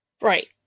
Right